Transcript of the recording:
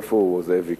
איפה זאביק?